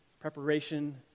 preparation